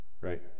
Right